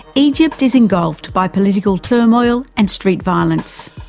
egypt is engulfed by political turmoil and street violence.